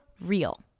REAL